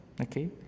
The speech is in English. okay